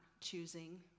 choosing